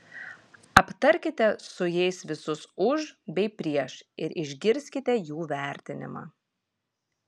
aptarkite su jais visus už bei prieš ir išgirskite jų vertinimą